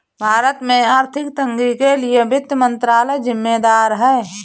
भारत में आर्थिक तंगी के लिए वित्त मंत्रालय ज़िम्मेदार है